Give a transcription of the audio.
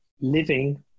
living